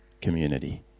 community